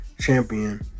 champion